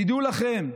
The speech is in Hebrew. תדעו לכם,